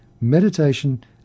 meditation